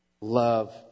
love